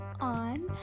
on